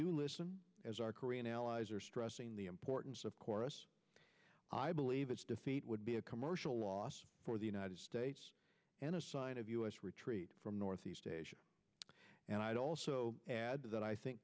do listen as our korean allies are stressing the importance of chorus i believe it's defeat would be a commercial loss for the united states and a sign of u s retreat from northeast asia and i'd also add that i think